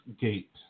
Gate